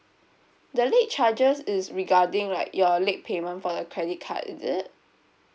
the late charges is regarding like your late payment for the credit card is it